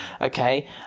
okay